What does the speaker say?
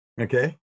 okay